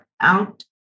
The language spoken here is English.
out